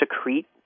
secrete